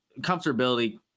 comfortability